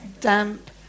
damp